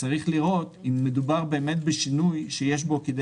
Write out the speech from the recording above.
צריך לראות אם מדובר בשינוי שיש בו כדי